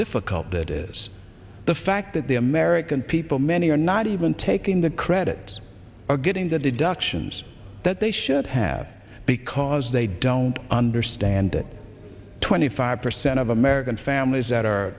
difficult that is the fact that the american people many are not even taking the credit or getting the deductions that they should have because they don't understand that twenty five percent of american families that are